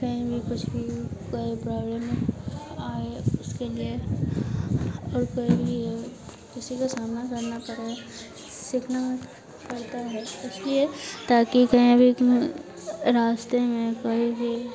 कहीं भी कुछ भी कोई प्रॉब्लम में आए उसके लिए और कोई भी किसी का सामना करना पड़े सीखना पड़ता है इसलिए ताकी कहीं बीच में रास्ते में कही भी